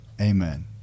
Amen